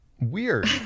weird